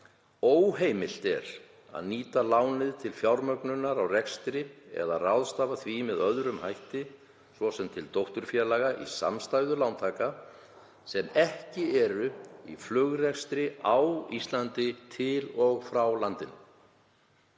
Óheimilt er að nýta lánið til fjármögnunar á rekstri, eða ráðstafa því með öðrum hætti, svo sem til dótturfélaga í samstæðu lántaka sem ekki eru í flugrekstri til og frá Íslandi.